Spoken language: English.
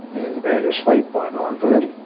in bed asleep by nine. thirty.